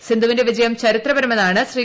സിന്ധുവിന്റെ വിജയം ചരിത്രപരമെന്നാണ്ട് പ്രശ്രീ